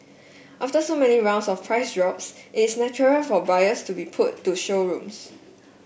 after so many rounds of price drops it's natural for buyers to be pulled to showrooms